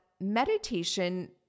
meditation